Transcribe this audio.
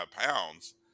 pounds